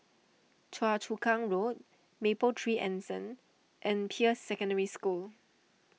Choa Chu Kang Road Mapletree Anson and Peirce Secondary School